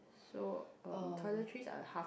so um toiletries are half